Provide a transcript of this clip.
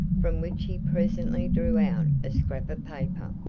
from which he presently drew out a scrap of paper.